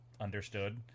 understood